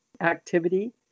activity